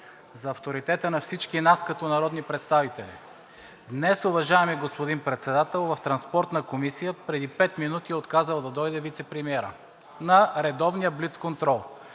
за авторитета на всички нас като народни представители. Днес, уважаеми господин Председател, в Транспортната комисия преди пет минути е отказал да дойде вицепремиерът на редовния блицконтрол.